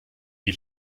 die